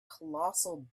colossal